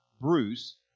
Bruce